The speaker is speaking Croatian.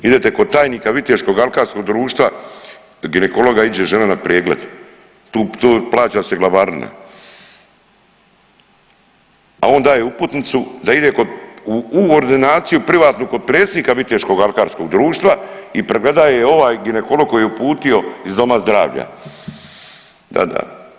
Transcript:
Idete kod tajnika viteškog alkarskog društva ginekologa iđe žena na pregled, tu, tu plaća se glavarina, a on daje uputnicu da ide u ordinaciju privatnu kod predsjednika Viteškog alkarskog društva i pregledaje je ovaj ginekolog koji ju je uputio iz doma zdravlja da, da.